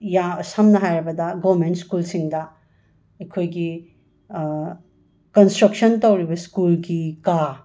ꯌꯥ ꯁꯝꯅ ꯍꯥꯏꯔꯕꯗ ꯒꯣꯔꯃꯦꯟ ꯁ꯭ꯀꯨꯜꯁꯤꯡꯗ ꯑꯩꯈꯣꯏꯒꯤ ꯀꯟꯁꯇ꯭ꯔꯛꯁꯟ ꯇꯧꯔꯤꯕ ꯁ꯭ꯀꯨꯜꯒꯤ ꯀꯥ